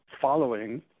following